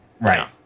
right